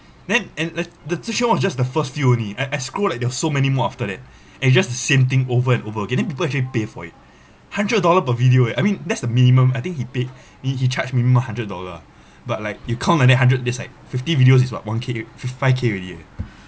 then and the chee song one just the first few only I I scroll like there was so many more after that and it's just the same thing over and over again then people actually pay for it hundred dollar per video eh I mean that's the minimum I think he paid he he charged minimum hundred dollar lah but like you count and then hundred there's like fifty videos is what one K five K already eh